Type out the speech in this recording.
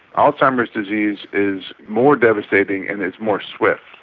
alzheimer's disease is more devastating and it's more swift.